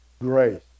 grace